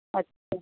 अच्छा